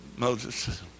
Moses